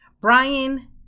Brian